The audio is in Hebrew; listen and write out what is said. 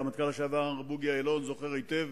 הרמטכ"ל לשעבר בוגי יעלון זוכר היטב